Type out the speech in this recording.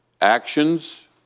Actions